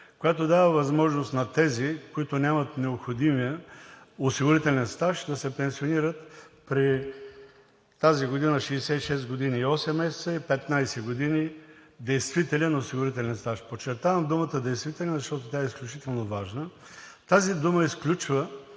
която дава възможност на тези, които нямат необходимия осигурителен стаж, да се пенсионират през тази година 66 години и 8 месеца и 15 години действителен осигурителен стаж. Подчертавам думата „действителен“, защото тя е изключително важна. Тази дума за